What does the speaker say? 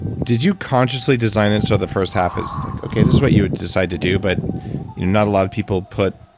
did you consciously design its so the first half is like okay, this is what you would decide to do, but you're not a lot of people put,